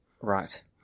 Right